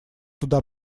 туда